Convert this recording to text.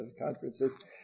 conferences